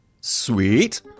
Sweet